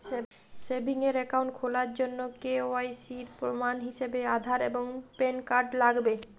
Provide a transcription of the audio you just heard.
savings account খোলার জন্য KYC এর প্রমাণ হিসেবে আধার এবং প্যান কার্ড লাগবে